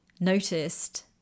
noticed